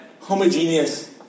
homogeneous